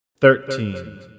Thirteen